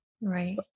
Right